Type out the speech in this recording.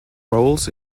roles